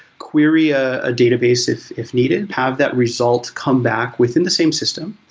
query a database if if needed, have that result come back within the same system,